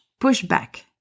pushback